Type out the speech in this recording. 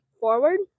forward